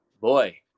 boy